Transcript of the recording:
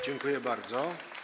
Dziękuję bardzo.